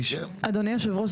אדוני יושב הראש,